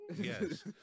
Yes